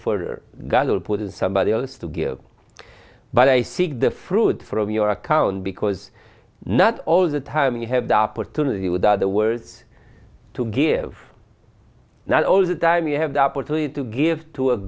for god will put in somebody else to give but i seek the fruit from your account because not all the time you have the opportunity with other words to give not all the time you have the opportunity to give to